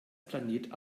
planet